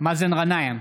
מאזן גנאים,